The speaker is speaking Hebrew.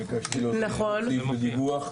ביקשתי להוסיף סיום הדיווח.